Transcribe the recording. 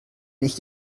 nicht